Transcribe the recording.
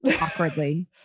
awkwardly